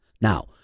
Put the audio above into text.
Now